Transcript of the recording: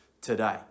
today